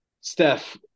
Steph